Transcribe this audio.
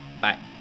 bye